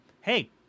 Hey